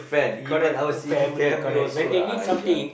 we correct good family correct when they need something